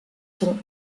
sont